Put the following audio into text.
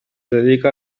dedica